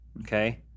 okay